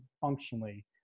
functionally